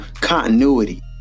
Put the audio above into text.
Continuity